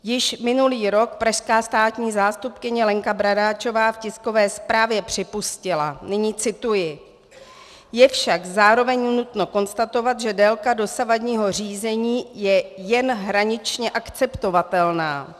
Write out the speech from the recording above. Již minulý rok pražská státní zástupkyně Lenka Bradáčová v tiskové zprávě připustila nyní cituji: Je však zároveň nutno konstatovat, že délka dosavadního řízení je jen hraničně akceptovatelná.